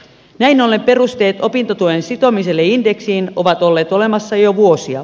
näin ollen perusteet opintotuen sitomiselle indeksiin ovat olleet olemassa jo vuosia